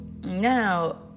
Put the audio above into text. now